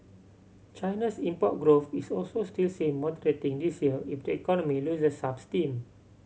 China's import growth is also still seen moderating this year if the economy loses some steam